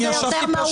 אני ישבתי פה,